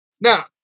Now